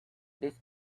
this